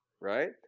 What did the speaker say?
right